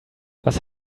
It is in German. was